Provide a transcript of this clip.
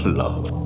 love